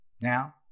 Now